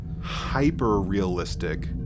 hyper-realistic